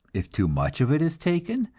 if too much of it is taken,